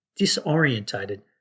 disorientated